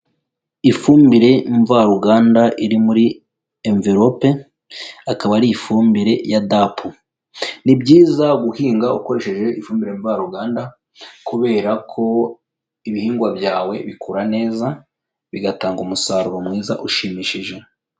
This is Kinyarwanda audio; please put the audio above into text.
Ifumbire mvaruganda iri muri anvelope, akaba ari ifumbire ya DAP, ni byiza guhinga ukoresheje ifumbire mvaruganda kubera ko ibihingwa byawe bikura neza bigatanga umusaruro mwiza ushimishije.